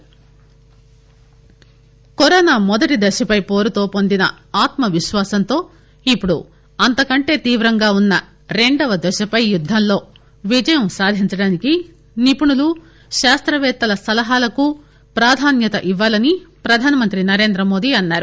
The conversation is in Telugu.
మన్ కీ బాత్ కరోనా మొదటి దశపై పోరుతో పొందిన ఆత్మవిశ్వాసం తో ఇప్పుడు అంతకంటె తీవ్రంగా ఉన్న రెండవ దశపై యుద్దంలో విజయం సాధించడానికి నిపుణులు శాస్తపేత్తల సలహాలకు ప్రాధాన్యత ఇవ్వాలని ప్రధానమంత్రి నరేంద్రమోదీ అన్నారు